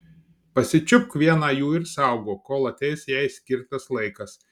pasičiupk vieną jų ir saugok kol ateis jai skirtas laikas